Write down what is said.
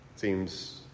Seems